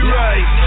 right